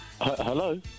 Hello